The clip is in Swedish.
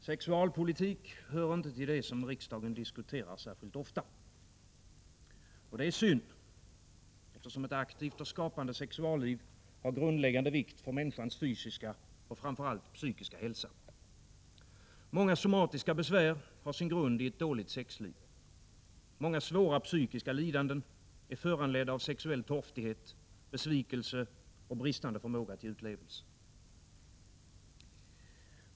Herr talman! Sexualpolitik hör inte till det som riksdagen diskuterar särskilt ofta. Det är synd, eftersom ett aktivt och skapande sexualliv är av grundläggande vikt för människans fysiska och framför allt psykiska hälsa. Många somatiska besvär har sin grund i ett dåligt sexliv. Många svåra psykiska lidanden är föranledda av sexuell torftighet, besvikelse och bristande förmåga till utlevelse.